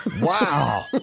Wow